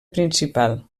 principal